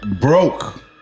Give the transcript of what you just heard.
broke